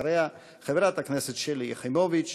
אחריה, חברי הכנסת שלי יחימוביץ,